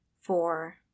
four